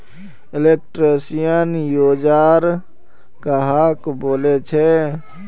Electrician औजार कहाक बोले छे?